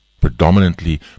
predominantly